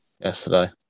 yesterday